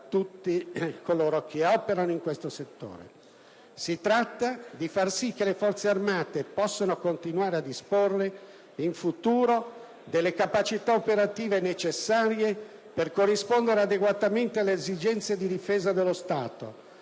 tutti coloro che operano in questo settore. Si tratta di far sì che le Forze armate possano continuare a disporre in futuro delle capacità operative necessarie per corrispondere adeguatamente alle esigenze di difesa dello Stato,